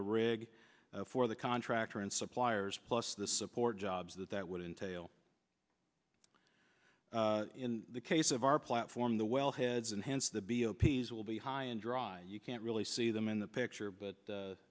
the rig for the contractor and suppliers plus the support jobs that that would entail in the case of our platform the well heads and hands the b o p s will be high and dry you can't really see them in the picture but